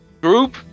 group